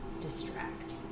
distract